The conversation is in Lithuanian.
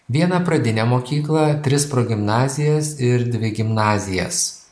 vieną pradinę mokyklą tris progimnazijas ir dvi gimnazijas